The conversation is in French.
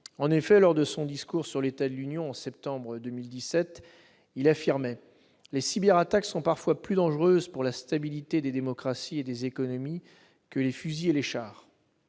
En effet, dans son discours sur l'état de l'Union en septembre 2017, il affirmait que « les cyberattaques sont parfois plus dangereuses pour la stabilité des démocraties et des économies que les fusils et les chars ».